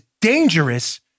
dangerous